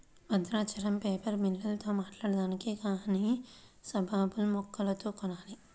Bhadrachalam paper మిల్లోల్లతో మాట్టాడుకొన్నాక గానీ సుబాబుల్ మొక్కలు కొనాల